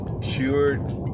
cured